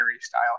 style